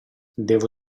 devo